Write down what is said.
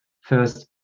first